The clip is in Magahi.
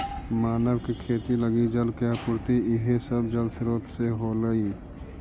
मानव के खेती लगी जल के आपूर्ति इहे सब जलस्रोत से होलइ